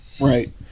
Right